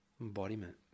Embodiment